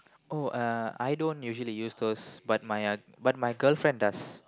oh uh I don't usually use those but my uh but my girlfriend does